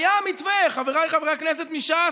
היה מתווה, חבריי חברי הכנסת מש"ס,